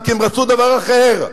כי הם רצו דבר אחר.